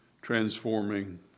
Transforming